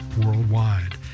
worldwide